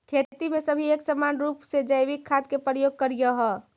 खेती में सभी एक समान रूप से जैविक खाद का प्रयोग करियह